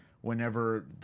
whenever